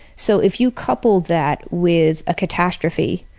so if you couple that with a catastrophe,